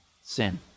sin